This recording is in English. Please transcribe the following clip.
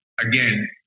again